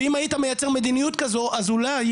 ואם היית מייצר מדיניות כזו אז אולי,